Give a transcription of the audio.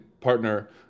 partner